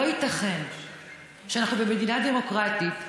לא ייתכן שאנחנו במדינה דמוקרטית נשב,